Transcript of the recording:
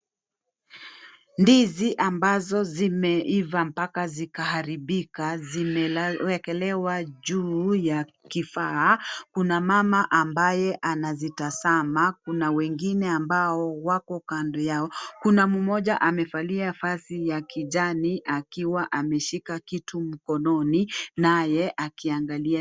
Ndizi ambazo zimeiva mpaka zikaharibika zimewekelewaa juu ya kifaa, kuna mama ambaye anazitazama kuna wengine ambao wako kando yao, kuna mmoja amevalia vazi la kijani akiwa ameshika kitu mkononi naye akiangalia.